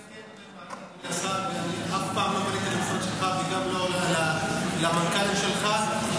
ואני אף פעם לא פניתי למשרד שלך וגם לא למנכ"לים שלך.